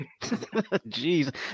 Jeez